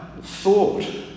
thought